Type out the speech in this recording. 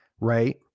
right